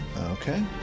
Okay